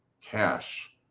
cash